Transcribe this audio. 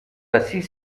assis